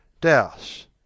douse